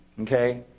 okay